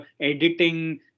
editing